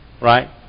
Right